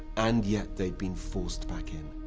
and yet they'd been forced back in.